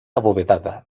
abovedada